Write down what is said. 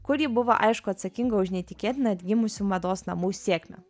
kur ji buvo aišku atsakinga už neįtikėtiną atgimusių mados namų sėkmę